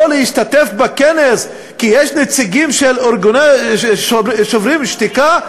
להשתתף בכנס כי יש שם נציגים של ארגון "שוברים שתיקה",